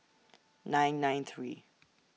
nine nine three